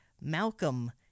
Malcolm